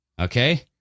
Okay